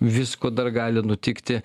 visko dar gali nutikti